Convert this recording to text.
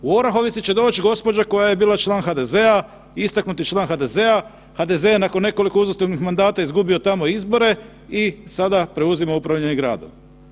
U Orahovici će doć gospođa koja je bila član HDZ-a, istaknuti član HDZ-a, HDZ je nakon nekoliko uzastopnih mandata izgubio tamo izbore i sada preuzima upravljanje gradom.